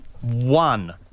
one